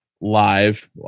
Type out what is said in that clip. live